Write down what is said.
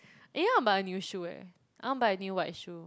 eh I want buy a new shoe eh I want buy a new white shoe